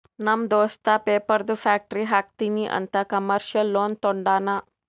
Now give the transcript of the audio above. ನಮ್ ದೋಸ್ತ ಪೇಪರ್ದು ಫ್ಯಾಕ್ಟರಿ ಹಾಕ್ತೀನಿ ಅಂತ್ ಕಮರ್ಶಿಯಲ್ ಲೋನ್ ತೊಂಡಾನ